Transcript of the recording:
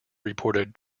reported